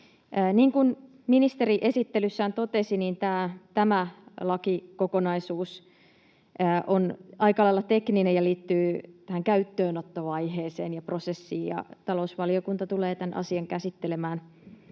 Niin kuin ministeri esittelyssään totesi, tämä lakikokonaisuus on aika lailla tekninen ja liittyy tähän käyttöönottovaiheeseen ja prosessiin. Talousvaliokunta tulee tämän asian käsittelemään